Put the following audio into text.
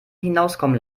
hinauskommen